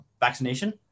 vaccination